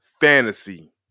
Fantasy